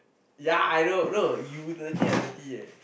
ya I know no you dirty I dirty eh